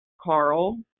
Carl